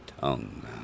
tongue